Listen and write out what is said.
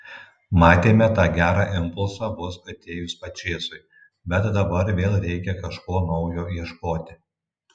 matėme tą gerą impulsą vos atėjus pačėsui bet dabar vėl reikia kažko naujo ieškoti